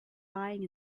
lying